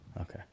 Okay